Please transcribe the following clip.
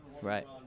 Right